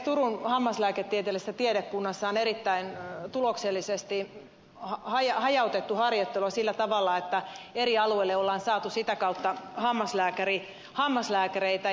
turun hammaslääketieteellisessä tiedekunnassa on erittäin tuloksellisesti hajautettu harjoittelua sillä tavalla että eri alueille on saatu sitä kautta hammaslääkäreitä